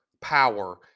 power